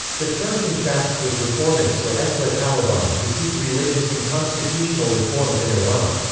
the term contrasts with reformists or eslaah-talabaan who seek religious and constitutional reforms in iran.